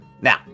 Now